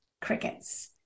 crickets